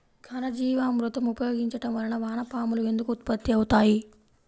ఘనజీవామృతం ఉపయోగించటం వలన వాన పాములు ఎందుకు ఉత్పత్తి అవుతాయి?